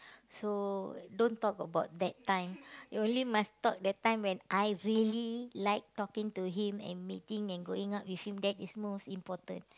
so don't talk about that time you only must talk that time when I really like talking to him and meeting and going out with him that is most important